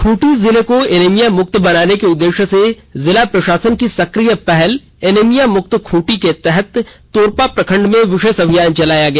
खूंटी जिले को एनेमिया मुक्त बनाने के उद्देश्य से जिला प्रशासन की सक्रिय पहल एनेमिया मुक्त खूंटी के तहत तोरपा प्रखण्ड में विशेष अभियान चलाया गया